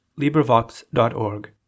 LibriVox.org